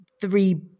three